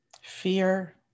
fear